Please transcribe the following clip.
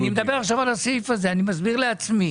אני מדבר עכשיו על הסעיף הזה, אני מסביר לעצמי.